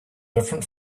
different